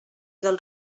del